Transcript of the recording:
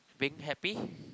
being happy